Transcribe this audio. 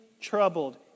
troubled